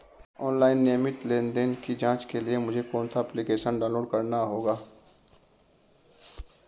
Online नियमित लेनदेन की जांच के लिए मुझे कौनसा एप्लिकेशन डाउनलोड करना होगा?